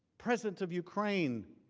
president of ukraine,